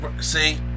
see